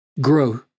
grow